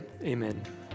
Amen